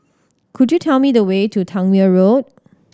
could you tell me the way to Tangmere Road